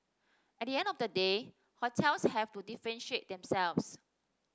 at the end of the day hotels have to differentiate themselves